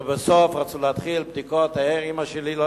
לבסוף, רצו להתחיל בדיקות לאמא שלי, הוא